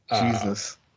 Jesus